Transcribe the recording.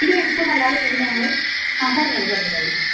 ഇത് രണ്ടും അല്ലാതെ പിന്നെ ഞങ്ങൾ ആ പറഞ്ഞോളൂ പറഞ്ഞോളൂ